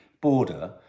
border